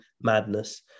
madness